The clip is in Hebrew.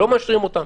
לא מאשרים אותן,